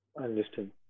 Understood